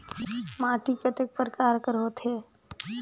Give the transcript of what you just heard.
माटी कतेक परकार कर होथे?